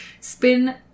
spin